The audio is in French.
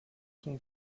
son